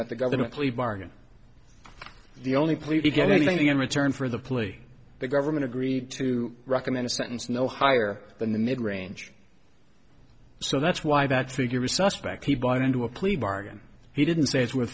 that the government plea bargain the only plea to get anything in return for the plea the government agreed to recommend a sentence no higher than the mid range so that's why that figure was suspect he bought into a plea bargain he didn't say it's worth